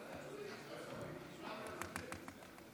שני רוצחים.